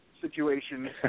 situation